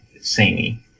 samey